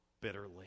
bitterly